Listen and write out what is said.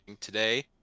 today